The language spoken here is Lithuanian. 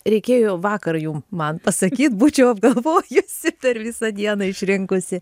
reikėjo vakar jum man pasakyt būčiau apgalvojusi per visą dieną išrinkusi